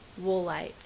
woolite